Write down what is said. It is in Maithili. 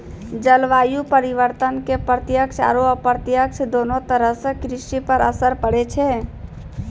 जलवायु परिवर्तन के प्रत्यक्ष आरो अप्रत्यक्ष दोनों तरह सॅ कृषि पर असर पड़ै छै